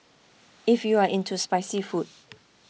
if you are into spicy food